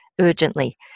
urgently